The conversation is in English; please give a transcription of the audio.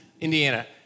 Indiana